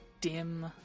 dim